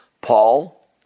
Paul